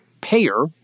payer